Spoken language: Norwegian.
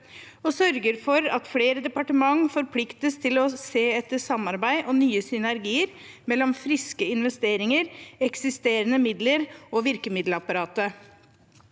og sørger for at flere departement forpliktes til å se på samarbeid og nye synergier mellom friske investeringer, eksisterende midler og virkemiddelapparatet.